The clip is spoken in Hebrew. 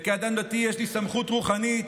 וכאדם דתי יש לי סמכות רוחנית.